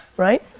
right?